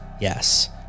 Yes